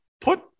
put